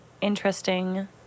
interesting